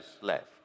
left